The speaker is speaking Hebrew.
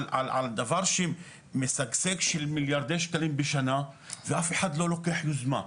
על דבר שמשגשג של מיליארדי שקלים בשנה ואף אחד לא לוקח יוזמה,